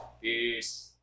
Peace